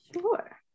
Sure